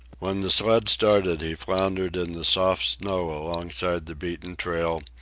when the sled started, he floundered in the soft snow alongside the beaten trail,